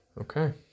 okay